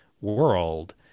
world